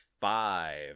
five